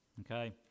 okay